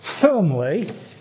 firmly